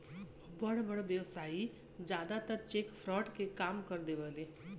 बड़ बड़ व्यवसायी जादातर चेक फ्रॉड के काम कर देवेने